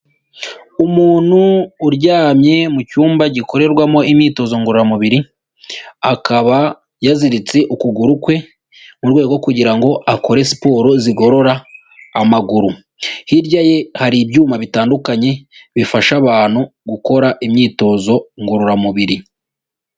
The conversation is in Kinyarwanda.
Umuntu uryamye mu cyumba gikorerwamo imyitozo ngororamubiri, akaba yaziritse ukuguru kwe, mu rwego rwo kugira ngo akore siporo zigorora amaguru, hirya ye hari ibyuma bitandukanye, bifasha abantu gukora imyitozo ngororamubiri.